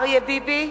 אריה ביבי,